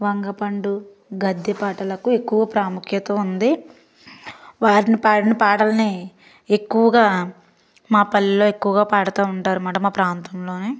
వంగపండు గద్దె పాటలకు ఎక్కువ ప్రాముఖ్యత ఉంది వారిని పాడిన పాటల్ని ఎక్కువగా మా పల్లెలో ఎక్కువగా పాడుతూ ఉంటారనమాట మా ప్రాంతంలోనే